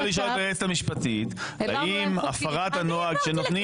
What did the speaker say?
לשאול את היועצת המשפטית האם הפרת הנוהג שנותנים